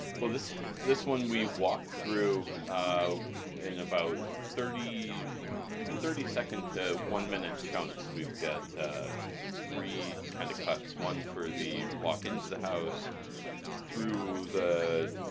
well, this this one we walked through in about thirty thirty seconds to one minute chunks. we've got three kind of cuts, one for the walk into the house through the